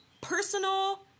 personal